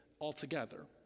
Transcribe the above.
altogether